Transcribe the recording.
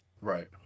Right